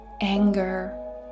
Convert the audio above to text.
anger